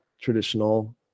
traditional